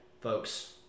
folks